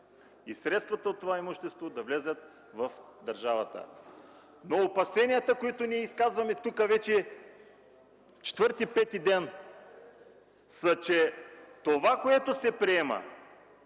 и средствата от това имущество да влязат в държавата. Но опасенията, които ние изказваме тук вече четвърти-пети ден, са, че това, което се приема,